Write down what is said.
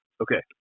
okay